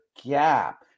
gap